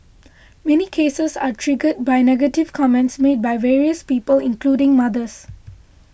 many cases are triggered by negative comments made by various people including mothers